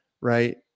right